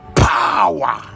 power